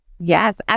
yes